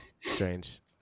Strange